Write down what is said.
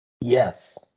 Yes